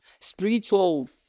Spiritual